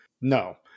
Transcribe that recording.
no